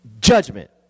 judgment